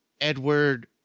Edward